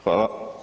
Hvala.